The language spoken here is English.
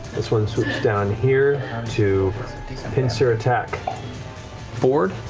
this one swoops down here to pincer attack fjord,